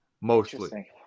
mostly